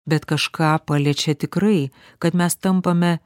bet kažką paliečia tikrai kad mes tampame